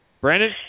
Brandon